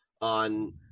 on